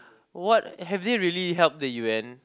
what have they really helped the U_N